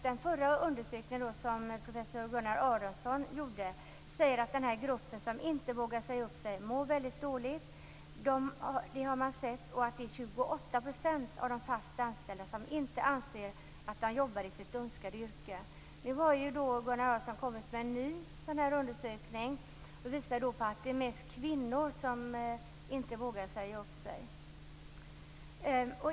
Den förra undersökningen som professor Gunnar Aronsson gjorde säger att den grupp som inte vågar säga upp sig mår väldigt dåligt. Det har man sett. Det är 28 % av de fast anställda som inte anser att de jobbar i sitt önskade yrke. Nu har ju Gunnar Aronsson kommit med en ny undersökning. Den visar att det mest är kvinnor som inte vågar säga upp sig.